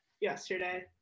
yesterday